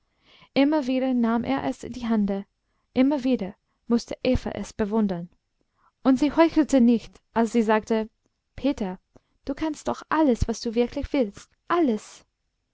immer wieder nahm er es in die hand immer wieder mußte eva es bewundern und sie heuchelte nicht als sie sagte peter du kannst doch alles was du wirklich willst alles